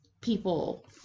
people